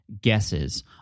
guesses